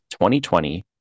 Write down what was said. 2020